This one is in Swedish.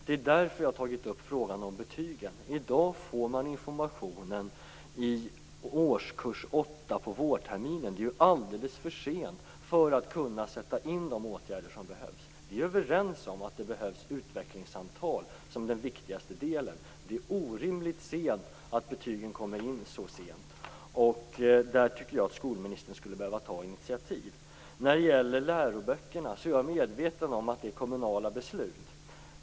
Det är därför jag har tagit upp frågan om betygen. I dag får man den informationen i årskurs 8 på vårterminen. Det är alldeles för sent för att kunna sätta in de åtgärder som eventuellt behövs. Vi är överens om att det behövs utvecklingssamtal som den viktigaste delen. Det är orimligt att betygen kommer in så sent. Där tycker jag att skolministern skulle behöva ta initiativ. När det gäller läroböckerna är jag medveten om att det är kommunala beslut.